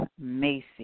Macy